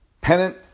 pennant